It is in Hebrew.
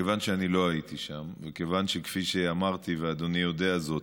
אני חבר כנסת, אני רוצה לעזוב